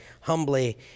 humbly